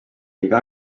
õige